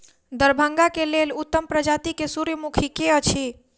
दरभंगा केँ लेल उत्तम प्रजाति केँ सूर्यमुखी केँ अछि?